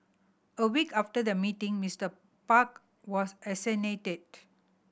a week after the meeting Mister Park was assassinated